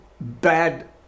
bad